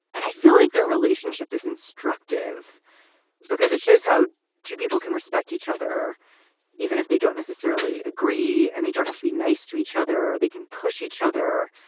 and i feel like their relationship is instructive because it shows how two people can respect each other even if they don't necessarily agree and they don't have to be nice to each other. they can push each other.